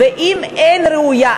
ואם אין ראויה,